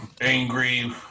angry